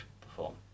perform